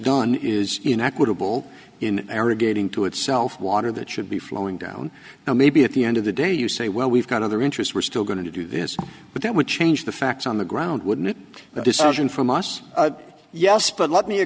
done is inequitable in arrogating to itself water that should be flowing down and maybe at the end of the day you say well we've got other interests we're still going to do this but that would change the facts on the ground wouldn't the decision from us yes but let me